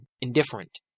indifferent